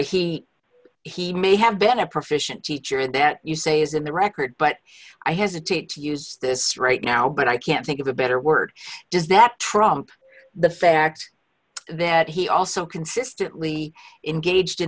teacher he may have been a proficient teacher and that you say is in the record but i hesitate to use this right now but i can't think of a better word does that trump the fact that he also consistently engaged in